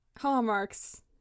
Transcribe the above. hallmarks